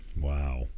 Wow